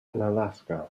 analaska